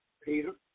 Peter